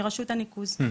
מראשות הניקוז.